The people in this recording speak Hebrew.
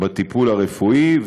בטיפול הרפואי,